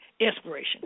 Inspiration